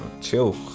chill